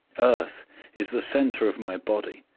earth is the centre of my body,